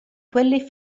quelli